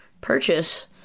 purchase